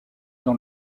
dans